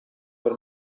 per